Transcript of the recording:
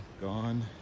gone